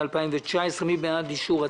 2019. מי בעד אישור הצו?